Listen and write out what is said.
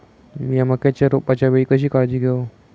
मीया मक्याच्या रोपाच्या वेळी कशी काळजी घेव?